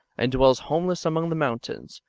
and dwells home less among the mountains,